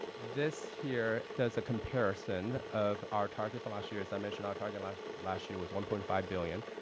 this here does a comparison of our target from last year. as i mentioned, our target last last year was one point five billion